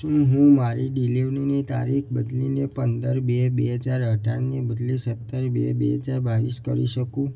શું હું મારી ડિલિવરીની તારીખ બદલીને પંદર બે બે હજાર અઠારને બદલે સત્તર બે બે હજાર બાવીસ કરી શકું